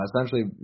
essentially